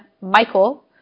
Michael